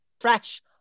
fresh